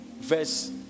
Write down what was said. Verse